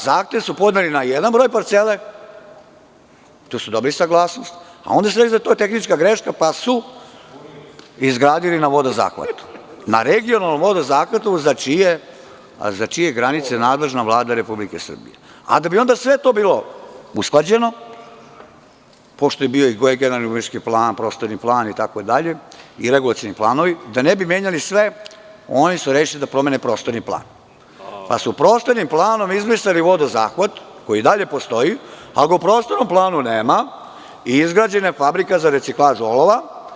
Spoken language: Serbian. Zahtev su podneli na jedan broj parcele, tu su dobili saglasnost, a onda su rekli da je to tehnička greška, pa su izgradili na vodozahvatu, na regionalnom vodozahvatu za čije granice je nadležna Vlada Republike Srbije, a da bi sve to bilo usklađeno, pošto je bio regionalni urbanistički plan, prostorni plan itd. i regulacioni planovi, da ne bi menjali sve, oni su rešili da promene prostorni plan, pa su prostornim planom izmislili vodozahvat koji i dalje postoji, a po prostornom planu nema i izgrađena je fabrika za reciklažu olova.